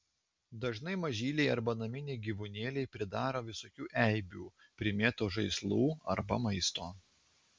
dažnai mažyliai arba naminiai gyvūnėliai pridaro visokių eibių primėto žaislų arba maisto